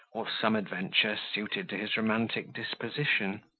or some adventure suited to his romantic disposition.